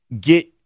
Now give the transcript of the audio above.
get